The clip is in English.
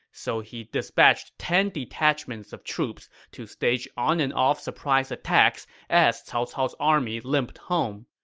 so he dispatched ten detachments of troops to stage on-and-off surprise attacks as cao cao's army limped home.